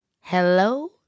Hello